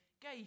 Gay